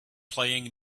playing